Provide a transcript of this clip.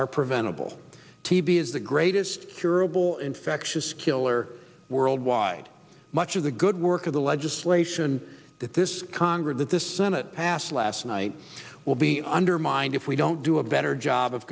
are preventable tb is the greatest curable infectious killer worldwide much of the good work of the legislation that this congress that the senate passed last night will be undermined if we don't do a better job of